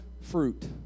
fruit